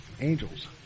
Angels